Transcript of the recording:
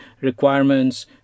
requirements